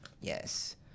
Yes